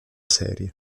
serie